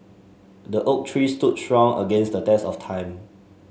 the oak tree stood strong against the test of time